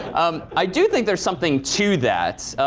um i do think there's something to that.